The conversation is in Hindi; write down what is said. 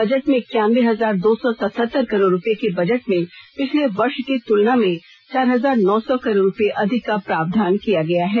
बजट में एक्यानबे हजार दो सौ सत्तहतर करोड़ रुपये के बजट में पिछले वर्ष की तुलना में चार हजार नौ सौ करोड़ रुपये अधिक का प्रावधान किया गया है